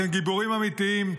אתם גיבורים אמיתיים,